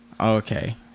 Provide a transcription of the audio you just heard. Okay